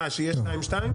מה, שיהיה שתיים שתיים?